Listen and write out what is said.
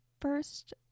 first